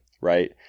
right